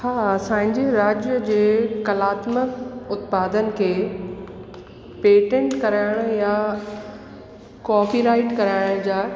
हा असांजी राज्य जे कलात्मक उत्पादन खे पेटेंट कराइण या कॉपीराइट कराइण जा